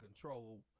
control